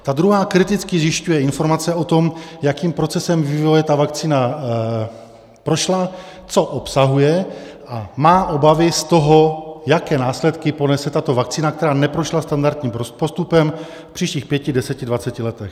Ta druhá kriticky zjišťuje informace o tom, jakým procesem vývoje ta vakcína prošla, co obsahuje, a má obavy z toho, jaké následky ponese tato vakcína, která neprošla standardním postupem, v příštích pěti, deseti, dvaceti letech.